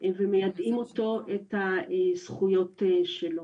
ומיידעים אותו את הזכויות שלו.